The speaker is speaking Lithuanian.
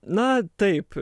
na taip